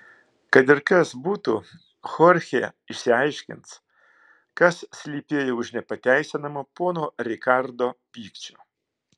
kad ir kas būtų chorchė išsiaiškins kas slypėjo už nepateisinamo pono rikardo pykčio